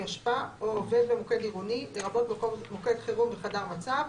אשפה או עובד במוקד עירוני לרבות מוקד חירום וחדר מצב,